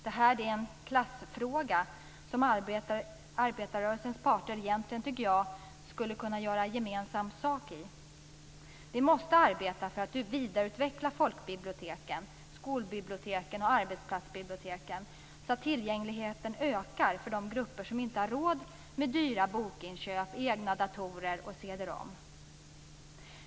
Det här är en klassfråga som jag egentligen tycker att arbetarrörelsens parter borde kunna göra gemensam sak i. Vi måste arbeta för att vidareutveckla folkbiblioteken, skolbiblioteken och arbetsplatsbiblioteken så att tillgängligheten ökar för de grupper som inte har råd med dyra bokinköp, egna datorer och cd-rom.